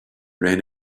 rain